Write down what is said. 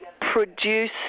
produce